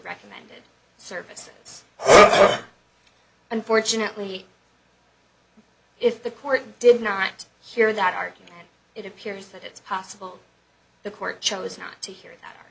recommended services unfortunately if the court did not hear that argument it appears that it's possible the court chose not to hear